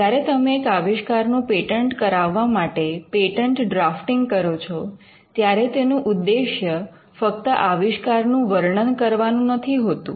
જ્યારે તમે એક આવિષ્કારનું પેટન્ટ કરાવવા માટે પેટન્ટ ડ્રાફ્ટીંગ કરો છો ત્યારે તેનું ઉદ્દેશ્ય ફક્ત આવિષ્કારનું વર્ણન કરવાનું નથી હોતું